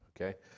Okay